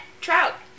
trout